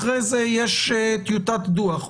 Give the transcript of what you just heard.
אחרי כן יש טיוטת דוח,